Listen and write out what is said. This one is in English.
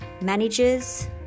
managers